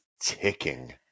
ticking